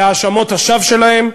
על האשמות השווא שלהם,